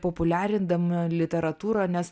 populiarindama literatūrą nes